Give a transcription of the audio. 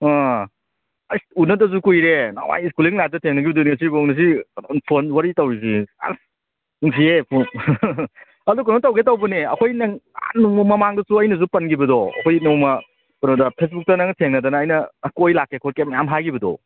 ꯑꯥ ꯍꯩꯁ ꯎꯅꯗꯕꯁꯨ ꯀꯨꯏꯔꯦ ꯅꯍꯥꯋꯥꯏ ꯁ꯭ꯀꯨꯂꯤꯡ ꯂꯥꯏꯐꯇ ꯊꯦꯡꯅꯈꯤꯕꯗꯨꯅꯦ ꯉꯁꯤꯐꯧ ꯉꯁꯤ ꯐꯣꯟ ꯋꯥꯔꯤ ꯇꯧꯔꯤꯁꯤꯅꯦ ꯑꯁ ꯅꯨꯡꯁꯤꯌꯦ ꯑꯗꯣ ꯀꯩꯅꯣ ꯇꯧꯒꯦ ꯇꯧꯕꯅꯦ ꯑꯩꯈꯣꯏꯅꯦ ꯅꯍꯥꯟ ꯅꯣꯡꯃ ꯃꯃꯥꯡꯗꯁꯨ ꯑꯩꯅꯁꯨ ꯄꯟꯈꯤꯕꯗꯣ ꯑꯩꯈꯣꯏ ꯅꯣꯡꯃ ꯀꯩꯅꯣꯗ ꯐꯦꯁꯕꯨꯛꯇ ꯅꯪꯒ ꯊꯦꯡꯅꯗꯅ ꯑꯩꯅ ꯑꯁ ꯀꯣꯏ ꯂꯥꯛꯀꯦ ꯈꯣꯠꯀꯦ ꯃꯌꯥꯝ ꯍꯥꯏꯈꯤꯕꯗꯣ